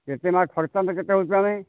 କେତେ ମାସ ଖର୍ଚ୍ଚାନ୍ତ କେତେ ହେଉଛି ନା ନାଇଁ